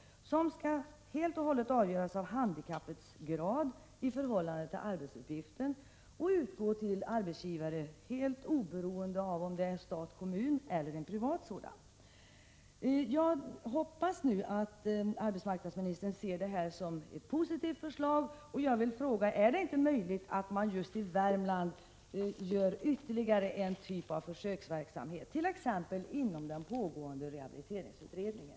Bidragets storlek skall helt och hållet avgöras av graden av handikapp i förhållande till arbetsuppgiften och utgå helt oberoende av om arbetsgivaren är statlig, kommunal eller privat. Jag hoppas att arbetsmarknadsministern ser detta som ett positivt förslag. Är det inte möjligt att man just i Värmland genomför ytterligare en typ av försöksverksamhet, t.ex. inom ramen för den pågående rehabiliteringsutredningen?